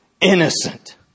Innocent